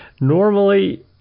normally